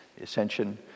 ascension